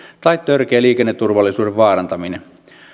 tai törkeä liikenneturvallisuuden vaarantaminen